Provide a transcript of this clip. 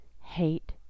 Hate